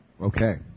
Okay